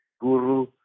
guru